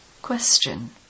Question